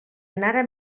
anara